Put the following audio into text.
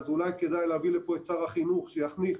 אולי כדאי להביא לפה את שר החינוך שיכניס